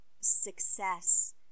success